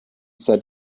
said